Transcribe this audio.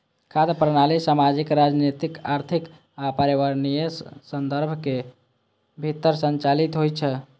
खाद्य प्रणाली सामाजिक, राजनीतिक, आर्थिक आ पर्यावरणीय संदर्भक भीतर संचालित होइ छै